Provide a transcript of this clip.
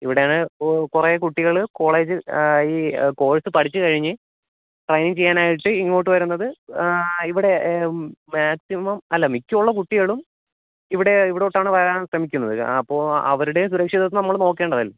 ഇവിടെയാണെ ഇപ്പോൾ കുറേ കുട്ടികൾ കോളേജ് ഈ കോഴ്സ് പഠിച്ച് കഴിഞ്ഞ് ട്രെയ്നിങ് ചെയ്യാനായിട്ട് ഇങ്ങോട്ട് വരുന്നത് ഇവിടെ മാക്സിമം അല്ല മിക്കയുള്ള കുട്ടികളും ഇവിടെ ഇവിടോട്ടാണ് വരാൻ ശ്രമിക്കുന്നത് അപ്പോൾ അവരുടെയും സുരക്ഷിതത്വം നമ്മൾ നോക്കേണ്ടതല്ലേ